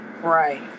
right